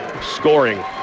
scoring